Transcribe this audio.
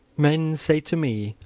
men say to me,